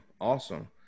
Awesome